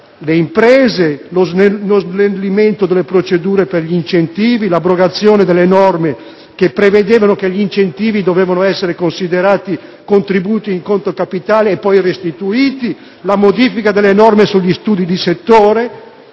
le imprese, lo snellimento delle procedure per gli incentivi, l'abrogazione delle norme che prevedevano che gli incentivi dovevano essere considerati contributi in conto capitale e poi restituiti, la modifica delle norme sugli studi di settore